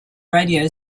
radio